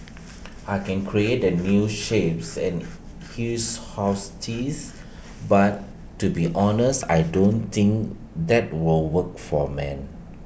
I can create A new shapes and his house tits but to be honest I don't think that will work for men